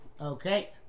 Okay